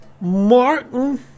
Martin